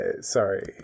sorry